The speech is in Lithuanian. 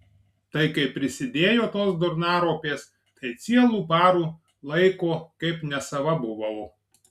tai kai pridėjo tos durnaropės tai cielų parų laiko kaip nesava buvau